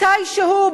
מתישהו,